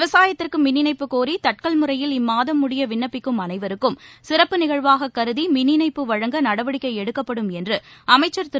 விவசாயத்திற்கு மின்இணைப்பு கோரி தட்கல் முறையில் இம்மாதம் முடிய விண்ணப்பிக்கும் அனைவருக்கும் சிறப்பு நிகழ்வாக கருதி மின் இணைப்பு வழங்க நடவடிக்கை எடுக்கப்படும் என்று அமைச்சர் திரு